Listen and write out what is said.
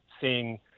seeing